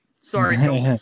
Sorry